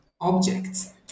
objects